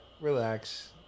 relax